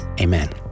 Amen